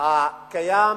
הקיים